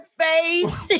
face